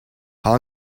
long